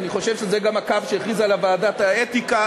ואני חושב שזה גם הקו שהכריזה עליו ועדת האתיקה,